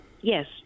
yes